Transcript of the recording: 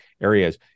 areas